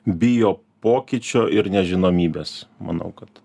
bijo pokyčio ir nežinomybės manau kad